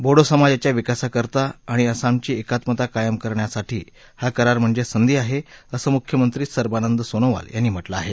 बोडो समाजाच्या विकासाकरता आणि असमची एकात्मता कायम करण्यासाठी हा करार म्हणजे संधी आहे असं मुख्यमंत्री सर्बानंद सोनोवाल यांनी म्हटलं आहे